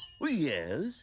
Yes